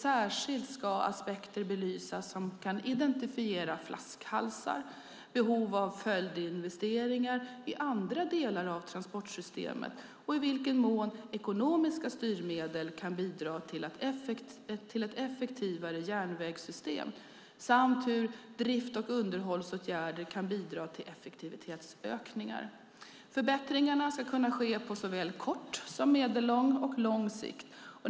Särskilt ska aspekter belysas som kan identifiera flaskhalsar, behov av följdinvesteringar i andra delar av transportsystemet, i vilken mån ekonomiska styrmedel kan bidra till ett effektivare järnvägssystem samt hur drifts och underhållsåtgärder kan bidra till effektivitetsökningar. Förbättringarna ska kunna ske på såväl kort som medellång och lång sikt.